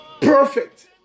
perfect